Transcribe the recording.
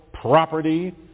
property